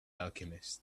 alchemist